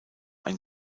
ein